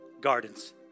gardens